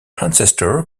ancestors